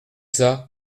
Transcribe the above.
c’est